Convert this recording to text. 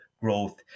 growth